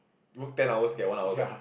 work ten hours get one hour back